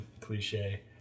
cliche